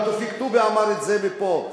גם תופיק טובי אמר את זה פה.